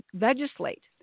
legislate